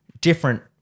different